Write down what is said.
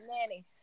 nanny